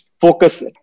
focus